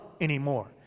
anymore